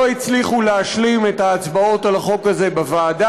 לא הצליחו להשלים את ההצבעות על החוק הזה בוועדה,